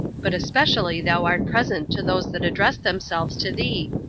but especially thou art present to those that address themselves to thee,